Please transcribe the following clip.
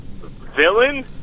Villain